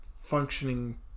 functioning